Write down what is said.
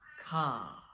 car